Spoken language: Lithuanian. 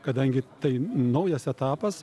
kadangi tai naujas etapas